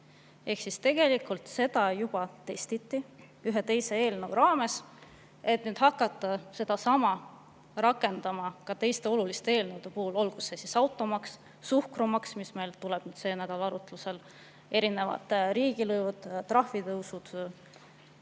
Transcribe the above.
ehk siis tegelikult seda juba testiti ühe teise eelnõu raames, et hakata seda rakendama ka teiste oluliste eelnõude puhul, olgu see siis automaks, suhkrumaks, mis meil tuleb sel nädalal arutlusele, erinevad riigilõivud, trahvide tõusud